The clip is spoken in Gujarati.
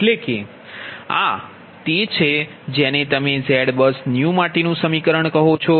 એટલે કે આ તે છે જેને તમે ZBUSNEW માટે નુ સમીકરણ કહો છો